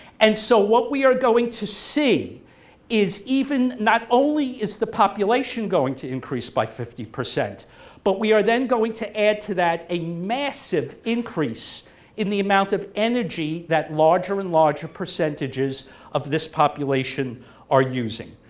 and so what we are going to see is even not only is the population going to increase by fifty percent but we are then going to add to that a massive increase in the amount of energy that larger and larger percentages of this population are using,